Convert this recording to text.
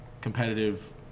competitive